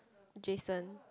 Jason